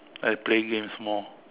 I play games more